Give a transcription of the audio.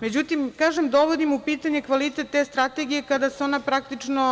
Međutim, kažem, dovodimo u pitanje kvalitet te strategije kada se ona praktično